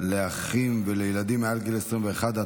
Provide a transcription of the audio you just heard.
לאחים ולילדים מעל גיל 21),